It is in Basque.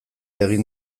egin